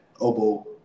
Oboe